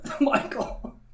Michael